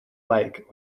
lake